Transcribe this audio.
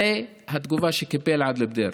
זאת התגובה שקיבל עאדל בדיר.